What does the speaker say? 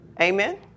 Amen